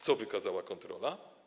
Co wykazała kontrola?